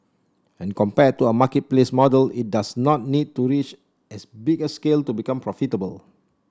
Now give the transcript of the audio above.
and compared to a marketplace model it does not need to reach as big a scale to become profitable